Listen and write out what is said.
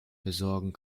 besorgen